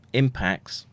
impacts